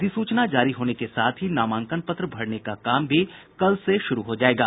अधिसूचना जारी होने के साथ ही नामांकन पत्र भरने का काम भी कल से शुरू हो जायेगा